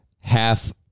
half